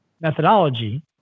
methodology